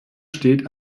steht